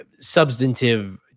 Substantive